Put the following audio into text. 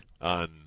on